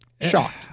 shocked